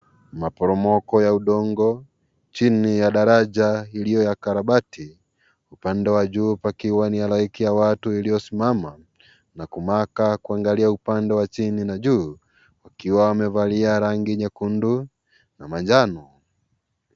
Maporomoko ya udongo chini ya daraja ilio ya karabati upande wa juu pakiwa ni halaiki ya watu iliosimama na kumaka kuangalia upande wa chini na juu, wakiwa wamevalia rangi nyekundu na manjano.